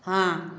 हाँ